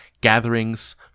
gatherings